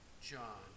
John